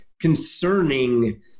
concerning